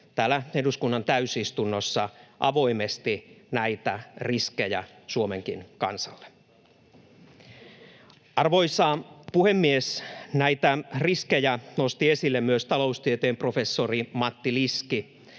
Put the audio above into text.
täällä eduskunnan täysistunnossa avoimesti näitä riskejä Suomenkin kansalle. Arvoisa puhemies! Näitä riskejä nosti esille myös taloustieteen professori Matti Liski.